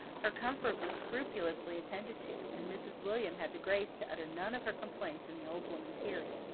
her comfort was scrupulously attended to, and mrs. william had the grace to utter none of her complaints in the old woman's hearing.